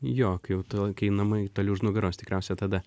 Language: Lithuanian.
jo kai jau tu kai namai toli už nugaros tikriausia tada